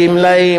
הגמלאים,